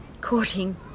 Courting